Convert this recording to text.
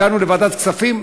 הגענו לוועדת כספים,